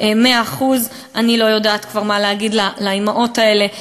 100% אני כבר לא יודעת מה לומר לאימהות האלה.